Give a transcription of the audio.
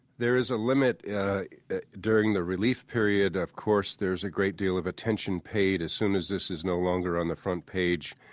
there is a limit during the relief period. of course, there is a great deal of attention paid. as soon as this is no longer on the front page,